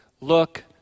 Look